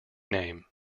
name